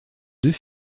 deux